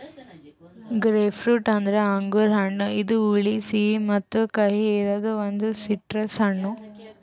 grapefruit ಅಂದುರ್ ಅಂಗುರ್ ಹಣ್ಣ ಇದು ಹುಳಿ, ಸಿಹಿ ಮತ್ತ ಕಹಿ ಇರದ್ ಒಂದು ಸಿಟ್ರಸ್ ಹಣ್ಣು